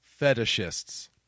Fetishists